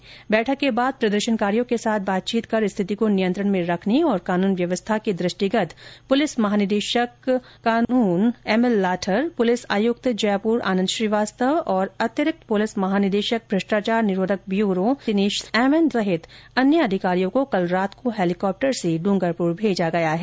इस बैठक के बाद प्रदर्शनकारियों के साथ बातचीत कर स्थिति को नियंत्रण में रखने और कानून व्यवस्था के दृष्टिगत पुलिस महानिदेशक एमएल लाठर पुलिस आयुक्त जयपुर आनन्द श्रीवास्तव और अतिरिक्त पुलिस महानिदेशक भ्रष्टाचार निरोधक ब्यूरो एमएन दिनेश सहित अन्य अधिकारियों को कल रात को हेलीकॉप्टर से ड्रंगरपुर भेजा गया है